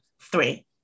three